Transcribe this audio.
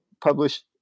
published